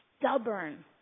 stubborn